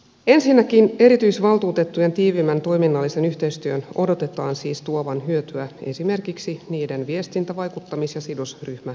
ensinnäkin erityisvaltuutettujen tiiviimmän toiminnallisen yhteistyön odotetaan siis tuovan hyötyä esimerkiksi niiden viestintä vaikuttamis ja sidosryhmäyhteistyössä